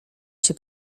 się